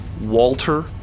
Walter